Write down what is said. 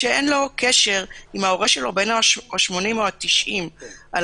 שאין לו קשר עם הורהו בן ה-80 או ה-90 על